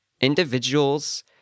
individuals